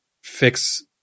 fix